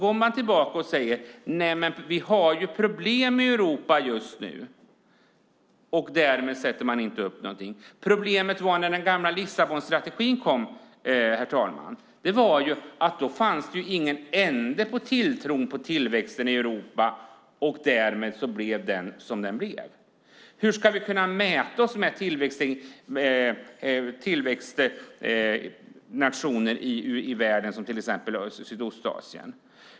I stället säger man att Europa har problem just nu. När den gamla Lissabonstrategin kom fanns det ingen ände på tilltron till tillväxten i Europa, och därmed blev den som den blev. Hur ska vi kunna mäta oss med tillväxtnationer i världen som till exempel länderna i Sydostasien?